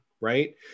right